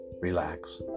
relax